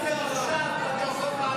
קריאה ראשונה.